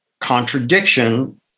contradiction